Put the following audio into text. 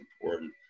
important